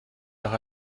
nach